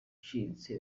iciriritse